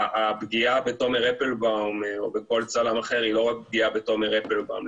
הפגיעה בתומר אפלבאום או בכל צלם אחר היא לא רק פגיעה בתומר אפלבאום.